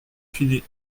fini